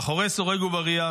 מאחורי סורג ובריח.